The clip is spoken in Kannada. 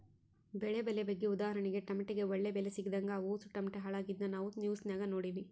ಬೆಳೆ ಬೆಲೆ ಬಗ್ಗೆ ಉದಾಹರಣೆಗೆ ಟಮಟೆಗೆ ಒಳ್ಳೆ ಬೆಲೆ ಸಿಗದಂಗ ಅವುಸು ಟಮಟೆ ಹಾಳಾಗಿದ್ನ ನಾವು ನ್ಯೂಸ್ನಾಗ ನೋಡಿವಿ